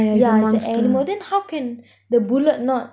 yeah is an animal then how can the bullet not